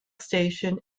station